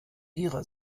ihrer